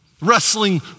Wrestling